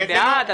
אתם בעד?